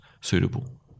suitable